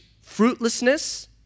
fruitlessness